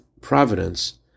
providence